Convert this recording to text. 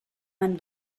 man